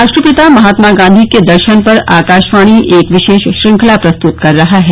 राष्ट्रपिता महात्मा गांधी के दर्शन पर आकाशवाणी एक विशेष श्रुखंला प्रस्तुत कर रहा है